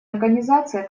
организация